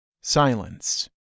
silence